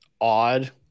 odd